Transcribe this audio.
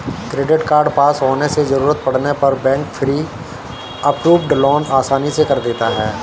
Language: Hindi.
क्रेडिट कार्ड पास होने से जरूरत पड़ने पर बैंक प्री अप्रूव्ड लोन आसानी से दे देता है